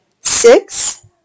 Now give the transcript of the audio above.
Six